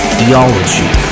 Theology